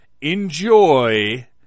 enjoy